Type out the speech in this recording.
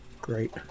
Great